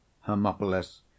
Hermopolis